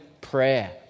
prayer